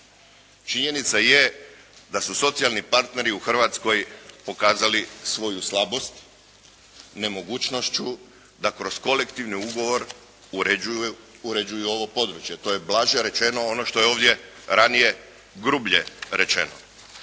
Činjenica je da su socijalni partneri u Hrvatskoj pokazali svoju slabost nemogućnošću da kroz kolektivni ugovor uređuju ovo područje. To je blaže rečeno ono što je ovdje ranije grublje rečeno,